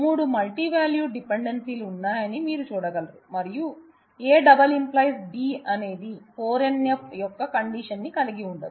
మూడు మల్టీవాల్యూడ్ డిపెండెన్సీలు ఉన్నాయని మీరు చూడగలరు మరియు A →→B అనేది 4 NF యొక్క కండిషన్ ని కలిగి ఉండదు